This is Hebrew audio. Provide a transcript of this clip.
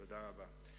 תודה רבה.